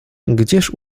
gdzież